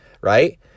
right